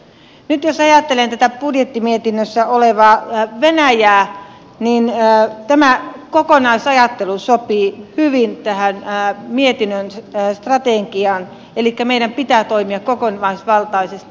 nyt jos ajattelen tätä budjettimietinnössä olevaa venäjää niin tämä kokonaisajattelu sopii hyvin tähän mietinnön strategiaan elikkä meidän pitää toimia kokonaisvaltaisesti